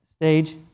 stage